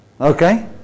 Okay